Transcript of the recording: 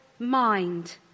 mind